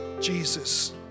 Jesus